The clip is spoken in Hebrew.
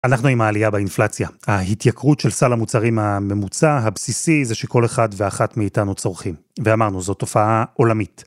אנחנו עם העלייה באינפלציה. ההתייקרות של סל המוצרים הממוצע, הבסיסי, זה שכל אחד ואחת מאיתנו צורכים. ואמרנו, זאת תופעה עולמית.